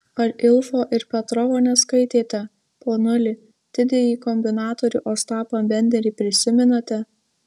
ar ilfo ir petrovo neskaitėte ponuli didįjį kombinatorių ostapą benderį prisimenate